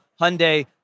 Hyundai